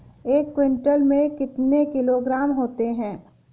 एक क्विंटल में कितने किलोग्राम होते हैं?